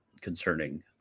concerning